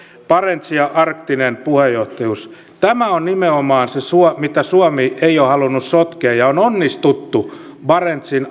barents ja arktinen puheenjohtajuus on nimenomaan se mitä suomi ei ole halunnut sotkea ja on onnistuttu siinä että barentsin